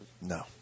No